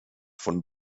von